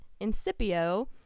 Incipio